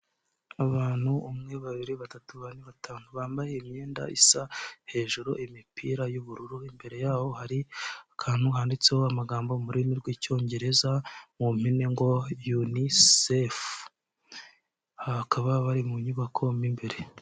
Abantu umwe, babiri, batatu, bane, batanu, bambaye imyenda isa hejuru, imipira y'ubururu imbere yaho hari akantu handitseho amagambo mu rurimi rw'icyongereza, mu mpine ngo Unicef aha bakaba bari mu nyubako mo imbere.